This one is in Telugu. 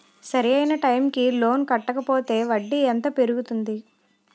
సరి అయినా టైం కి లోన్ కట్టకపోతే వడ్డీ ఎంత పెరుగుతుంది?